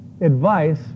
advice